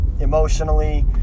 emotionally